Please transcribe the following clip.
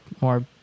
more